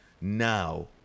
now